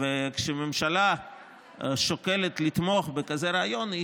כשממשלה שוקלת לתמוך ברעיון כזה,